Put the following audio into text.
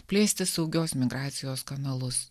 plėsti saugios migracijos kanalus